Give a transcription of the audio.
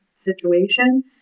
situation